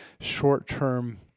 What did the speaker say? short-term